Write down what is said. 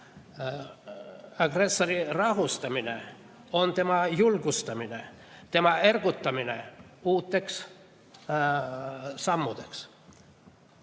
Agressori rahustamine on tema julgustamine, tema ergutamine uuteks sammudeks.